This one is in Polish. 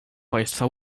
państwa